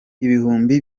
ibihumbi